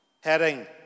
heading